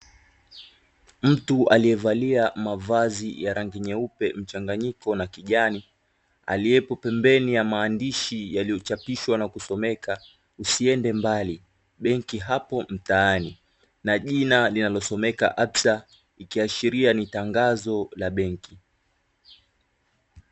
Mtu aliyevalia mavazi ya rangi nyeupe mchanganyiko na kijani, aliyepo pembeni ya maandishi yaliyo chapishwa na kusomeka "usiende mbali, bank hapo mtaani" na jina linalosomeka "absa"; ikiashiria ni tangazo la benki.